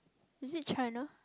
is it China